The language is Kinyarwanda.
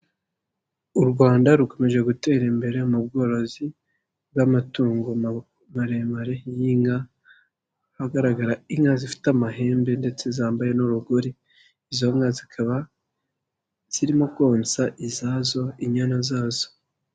U Rwanda rukomeje gutera imbere mu bworozi bw'amatungo maremare y'inka, ahagaragara inka zifite amahembe ndetse zambaye n'urugori, izo nka zikaba zirimo konsa izazo, inyana zazo.